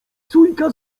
sójka